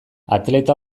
atleta